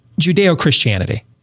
Judeo-Christianity